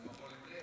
זה מפולת,